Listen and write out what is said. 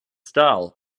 style